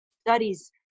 studies